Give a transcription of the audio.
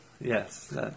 Yes